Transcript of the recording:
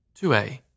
2A